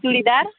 churidar